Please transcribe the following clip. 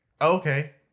Okay